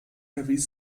erwies